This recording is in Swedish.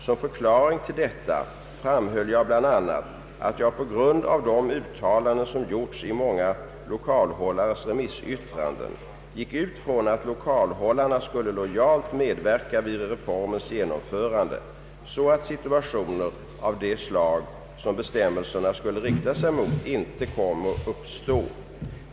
Som förklaring till detta framhöll jag bland annat att jag på grund av de uttalanden som gjorts i många lokalhållares remissyttranden utgick från att lokalhållarna lojalt skulle medverka vid reformens genomförande, så att situationer av det slag som bestämmelserna skulle rikta sig mot inte kom att uppstå.